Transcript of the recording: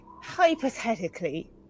hypothetically